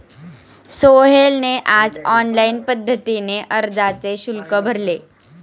सोहेलने आज ऑनलाईन पद्धतीने अर्जाचे शुल्क भरले